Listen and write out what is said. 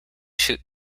shoot